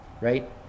right